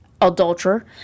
adulterer